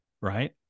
right